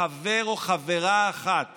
חבר אחד או חברה אחת